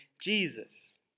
Jesus